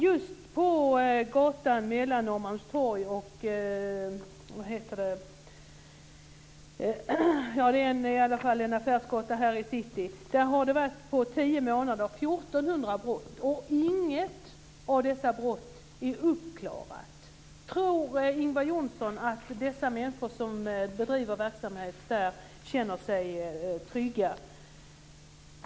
Just på en affärsgata vid Norrmalmstorg här i city har det varit 1 400 brott på tio månader, och inget av dessa brott är uppklarat. Tror Ingvar Johnsson att de människor som bedriver verksamhet där känner sig trygga?